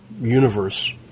universe